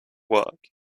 work